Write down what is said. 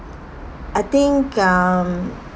I think um